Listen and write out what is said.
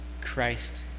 Christ